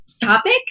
topic